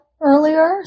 earlier